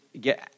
get